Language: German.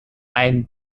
ein